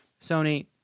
Sony